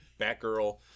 Batgirl